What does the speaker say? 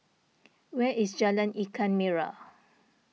where is Jalan Ikan Merah